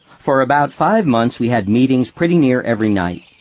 for about five months we had meetings pretty near every night.